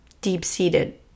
deep-seated